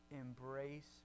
embrace